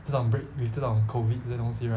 这种 break with 这种 COVID 这些东西 right